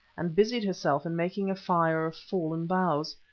and busied herself in making a fire of fallen boughs.